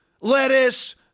lettuce